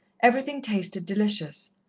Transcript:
everything tasted delicious,